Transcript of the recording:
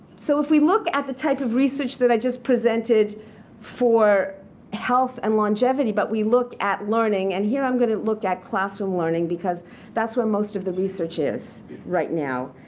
so if we look at the type of research that i just presented for health and longevity, but we look at learning and here i'm going to look at classroom learning because that's where most of the research is right now.